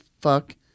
fuck